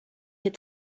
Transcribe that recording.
had